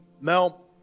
Mel